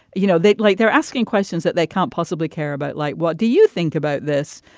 you know, they like they're asking questions that they can't possibly care about, like, what do you think about this?